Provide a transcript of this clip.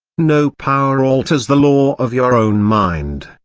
no power alters the law of your own mind,